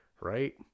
right